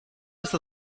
esta